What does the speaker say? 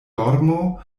dormo